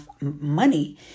money